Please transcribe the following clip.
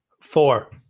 Four